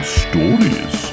stories